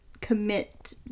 commit